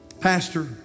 Pastor